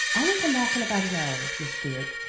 i will come back in about an hour, miss stuart.